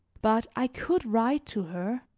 but i could write to her